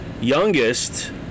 youngest